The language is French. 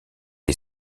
est